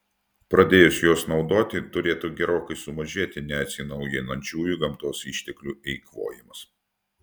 pradėjus juos naudoti turėtų gerokai sumažėti neatsinaujinančiųjų gamtos išteklių eikvojimas